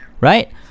right